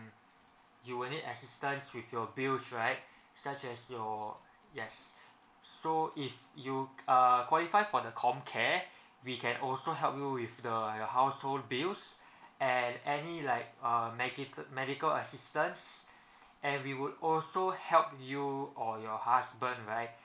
you will need assistance with your bills right such as your yes so if you are qualified for the comcare we can also help you with the your household bills and any like uh medic~ medical assistances and we would also help you or your husband right